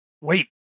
Wait